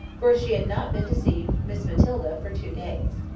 for she had not been to see miss matilda for two days.